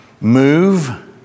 move